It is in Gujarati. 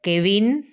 કેવિન